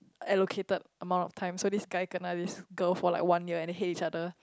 allocated amount of time so this guy kind of this girl for like one year and then hate each other